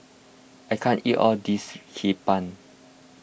I can't eat all this Hee Pan